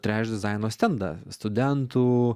treš dizaino stendą studentų